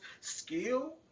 skill